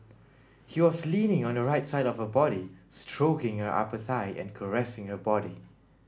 he was leaning on the right side of her body stroking her upper thigh and caressing her body